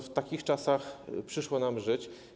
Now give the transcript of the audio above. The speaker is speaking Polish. W takich czasach przyszło nam żyć.